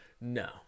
No